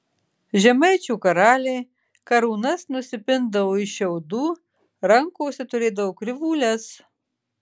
žemaičių karaliai karūnas nusipindavo iš šiaudų rankose turėdavo krivūles